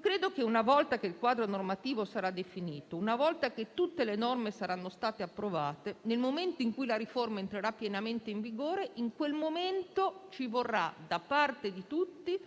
Credo che, una volta che il quadro normativo sarà definito e che tutte le norme saranno state approvate, nel momento in cui la riforma entrerà pienamente in vigore, in quel momento ci vorranno, da parte di tutti,